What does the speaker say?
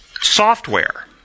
software